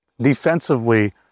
Defensively